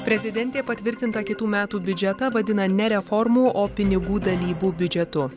prezidentė patvirtintą kitų metų biudžetą vadina ne reformų o pinigų dalybų biudžetu